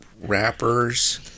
rappers